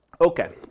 Okay